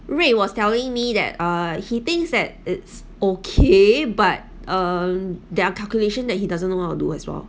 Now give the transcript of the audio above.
rick was telling me that he thinks that it's okay but um there are calculation that he doesn't know how to do as well